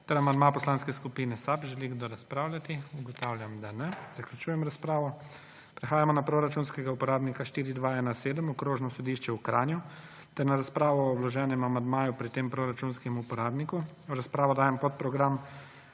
ter amandma Poslanske skupine SAB. Želi kdo razpravljati? Ugotavljam, da ne. Zaključujem razpravo. Prehajamo na proračunskega uporabnika 4217 Okrožno sodišče v Kranju ter na razpravo o vloženem amandmaju pri tem proračunskem uporabniku. V razpravo dajem podprogram